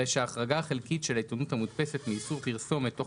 הרי שהחרגה החלקית של העיתונות המודפסת מאיסור פרסום לתוך